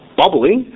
bubbling